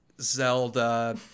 Zelda